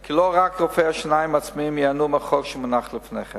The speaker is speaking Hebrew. כי לא רק רופאי השיניים העצמאים ייהנו מהחוק שמונח לפניכם.